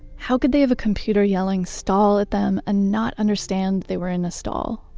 how could they have a computer yelling stall! at them ah not understand they were in a stall?